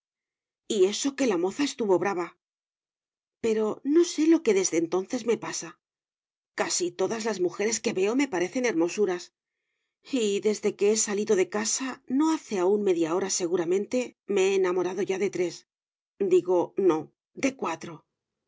y eso que la moza estuvo brava pero no sé lo que desde entonces me pasa casi todas las mujeres que veo me parecen hermosuras y desde que he salido de casa no hace aún media hora seguramente me he enamorado ya de tres digo no de cuatro